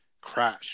crash